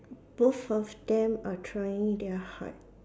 both of them are trying their hard